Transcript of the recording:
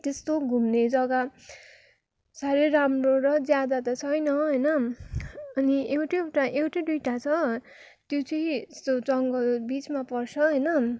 त्यस्तो घुम्ने जगा साह्रै राम्रो र ज्यादा त छैन होइन अनि एउटा एउटा एउटा दुइवटा छ त्यो चाहिँ यस्तो जङ्गल बिचमा पर्छ होइन